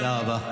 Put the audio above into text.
תודה רבה.